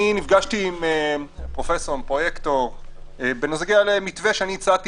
אני נפגשתי עם הפרויקטור בנוגע למתווה שהצעתי